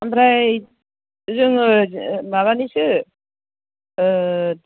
ओमफ्राय जोङो माबानिसो